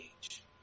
age